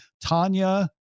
Tanya